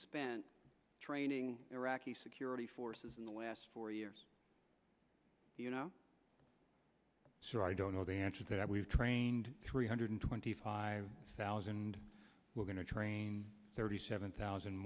spent training iraqi security forces in the last four years you know so i don't know the answer is that we've trained three hundred twenty five thousand we're going to train thirty seven thousand